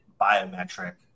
biometric